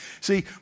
See